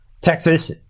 Texas